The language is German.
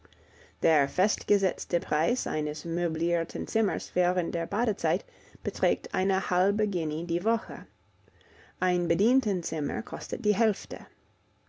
der festgesetzte preis eines möblierten zimmers während der badezeit beträgt eine halbe guinee die woche ein bedientenzimmer kostet die hälfte